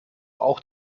auch